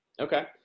Okay